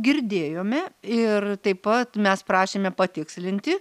girdėjome ir taip pat mes prašėme patikslinti